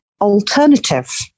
alternative